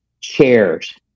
chairs